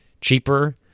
cheaper